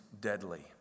deadly